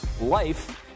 Life